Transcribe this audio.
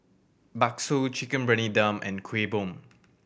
bakso Chicken Briyani Dum and Kuih Bom